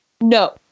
No